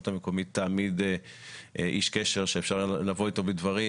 המקומית תעמיד איש קשר שאפשר לבוא איתו בדברים,